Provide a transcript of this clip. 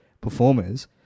performers